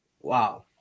Wow